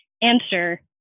answer